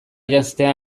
janztea